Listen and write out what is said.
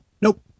nope